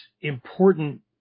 important